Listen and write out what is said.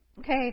Okay